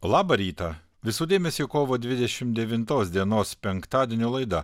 labą rytą visų dėmesiui kovo dvidešim devintos dienos penktadienio laida